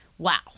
wow